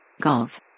Golf